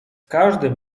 każdym